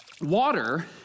water